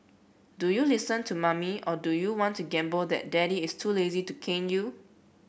do you listen to mommy or do you want to gamble that daddy is too lazy to cane you